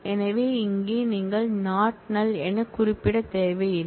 எனவே இங்கே நீங்கள் நாட் நல் என குறிப்பிடத் தேவையில்லை